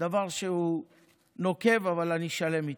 דבר שהוא נוקב אבל אני שלם איתו.